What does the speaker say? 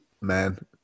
Man